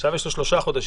עכשיו יש לו שלושה חודשים: